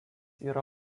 yra